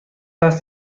است